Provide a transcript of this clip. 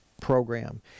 program